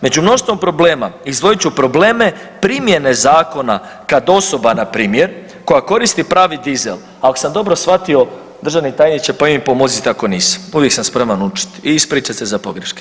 Među mnoštvom problema, izdvojit ću probleme primjene zakona kad osoba npr. koja koristi plavi dizel ako sam dobro shvatio državni tajniče, pa vi mi pomozite ako nisam, uvijek sam spreman učiti i ispričati se za pogreške.